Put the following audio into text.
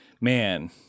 man